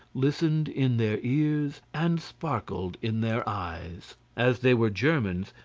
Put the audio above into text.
listened in their ears, and sparkled in their eyes. as they were germans,